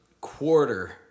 quarter